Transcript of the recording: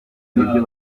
ibyo